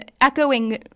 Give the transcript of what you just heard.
Echoing